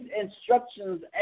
instructions